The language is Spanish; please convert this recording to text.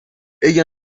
ella